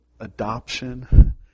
Adoption